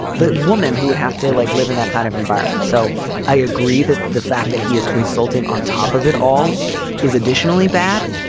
the woman who would have to like live in that kind of environment. so i agree that the fact that he is insulting on top of it all is additionally bad.